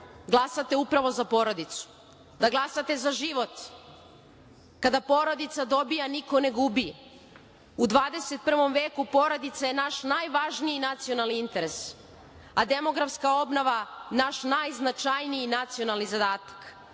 glasate upravo za porodicu, da glasate za život. Kada porodica dobija niko ne gubi. U 21 veku porodica je naš najvažniji nacionalni interes, a demografska obnova naš najznačajniji nacionalni zadatak.